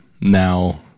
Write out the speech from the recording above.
now